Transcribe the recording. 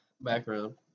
background